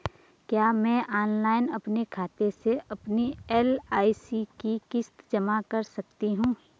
क्या मैं ऑनलाइन अपने खाते से अपनी एल.आई.सी की किश्त जमा कर सकती हूँ?